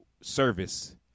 service